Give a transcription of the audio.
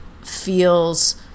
feels